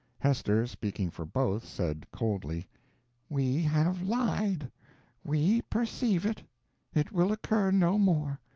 hester, speaking for both, said coldly we have lied we perceive it it will occur no more.